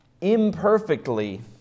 imperfectly